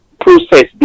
process